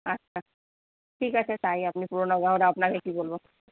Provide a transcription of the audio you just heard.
আচ্ছা ঠিক আছে তাই আপনি পুরোনো লোক আপনাকে কী বলব